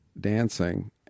dancing